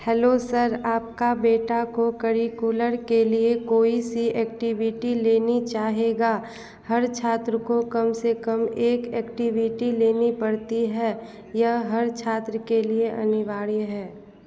hello sir आपके बेटे को करिकुलर के लिए कोई सी एक्टिविटी लेना चाहेगा हर छात्र को कम से कम एक एक्टिविटी लेनी पड़ती है यह हर छात्र के लिए अनिवार्य है